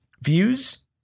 views